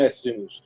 120 איש,